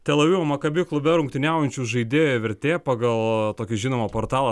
tel avivo maccabi klube rungtyniaujančių žaidėjų vertė pagal tokius žinomo portalo